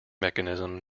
mechanism